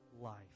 life